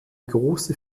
große